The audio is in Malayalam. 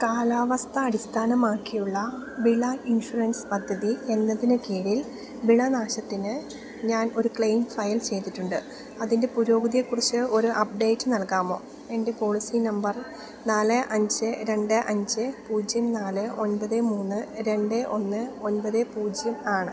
കാലാവസ്ഥ അടിസ്ഥാനമാക്കിയുള്ള വിള ഇൻഷുറൻസ് പദ്ധതി എന്നതിനു കീഴിൽ വിളനാശത്തിന് ഞാൻ ഒരു ക്ലെയിം ഫയൽ ചെയ്തിട്ടുണ്ട് അതിൻ്റെ പുരോഗതിയെക്കുറിച്ച് ഒരു അപ്ഡേറ്റ് നൽകാമോ എൻ്റെ പോളിസി നമ്പർ നാല് അഞ്ച് രണ്ട് അഞ്ച് പൂജ്യം നാല് ഒൻപത് മൂന്ന് രണ്ട് ഒന്ന് ഒൻപത് പൂജ്യം ആണ്